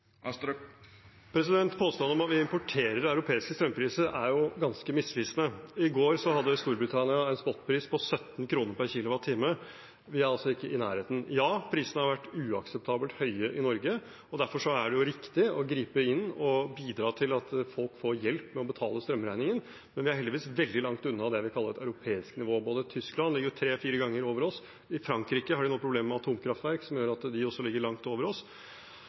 Påstanden om at vi importerer europeiske strømpriser, er ganske misvisende. I går hadde Storbritannia en spottpris på 17 kr per kWh. Vi er ikke i nærheten av det. Ja, prisene har vært uakseptabelt høye i Norge, og derfor er det riktig å gripe inn og bidra til at folk får hjelp til å betale strømregningen. Men vi er heldigvis veldig langt unna det vi kaller et europeisk nivå. Tyskland ligger tre–fire ganger over oss, i Frankrike har de nå problemer med atomkraftverk, som gjør at de også ligger langt over oss,